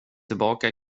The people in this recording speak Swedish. tillbaka